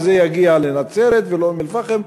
וזה יגיע לנצרת ולאום-אלפחם,